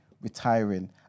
retiring